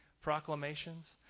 proclamations